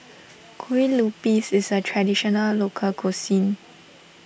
Kue Lupis is a Traditional Local Cuisine